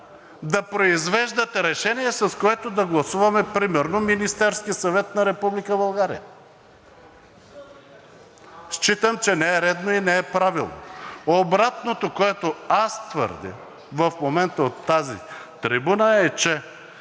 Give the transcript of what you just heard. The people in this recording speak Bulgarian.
да произвеждат решение, с което да гласуваме, примерно, Министерския съвет на Република България. Считам, че не е редно и не е правилно. Обратното, което аз твърдя в момента от тази трибуна, е, че